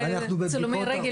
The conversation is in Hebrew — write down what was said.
וצילומי רגל,